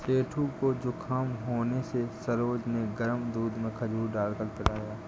सेठू को जुखाम होने से सरोज ने गर्म दूध में खजूर डालकर पिलाया